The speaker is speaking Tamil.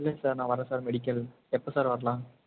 இல்லை சார் நான் வரன் சார் மெடிக்கல் எப்போ சார் வரலாம்